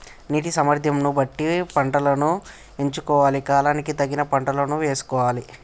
నీటి సామర్థ్యం ను బట్టి పంటలను ఎంచుకోవాలి, కాలానికి తగిన పంటలను యేసుకోవాలె